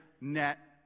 net